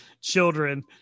children